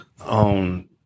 on